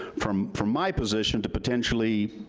from from my position, to potentially